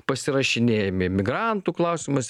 pasirašinėjami imigrantų klausimus